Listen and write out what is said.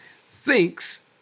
thinks